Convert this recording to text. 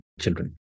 children